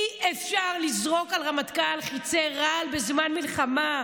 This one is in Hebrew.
אי-אפשר לזרוק על רמטכ"ל חיצי רעל בזמן מלחמה.